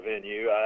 venue